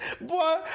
Boy